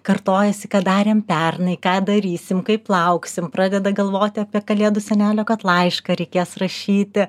kartojasi ką darėm pernai ką darysim kaip lauksim pradeda galvoti apie kalėdų senelio kad laišką reikės rašyti